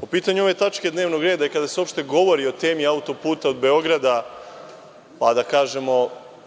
po pitanju ove tačke dnevnog reda, kada se uopšte govori o temi autoputa od Beograda, pa da kažemo